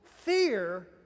Fear